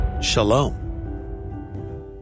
Shalom